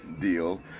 deal